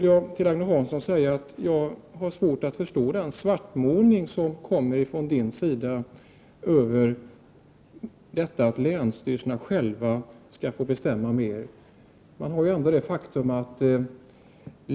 Jag har svårt att förstå Agne Hanssons svartmålning av att länsstyrelserna själva skall få bestämma mer.